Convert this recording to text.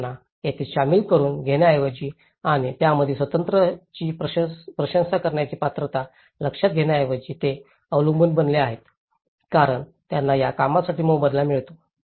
तर त्यांना येथे सामील करून घेण्याऐवजी आणि त्यामधील स्वत ची प्रशंसा करण्याची पात्रता लक्षात घेण्याऐवजी ते अवलंबून बनले आहेत कारण त्यांना त्या कामासाठी मोबदला मिळतो